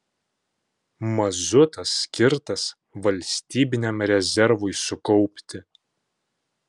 mazutas skirtas valstybiniam rezervui sukaupti